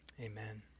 Amen